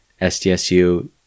SDSU